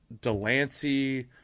Delancey